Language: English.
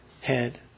head